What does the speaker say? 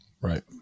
Right